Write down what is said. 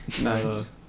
Nice